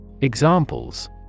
Examples